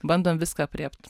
bandom viską aprėpt